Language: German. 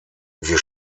wir